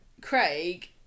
Craig